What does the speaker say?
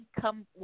come